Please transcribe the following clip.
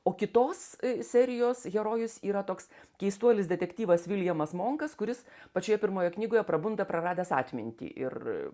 o kitos serijos herojus yra toks keistuolis detektyvas viljamas monkas kuris pačioje pirmoje knygoje prabunda praradęs atmintį ir